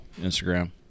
Instagram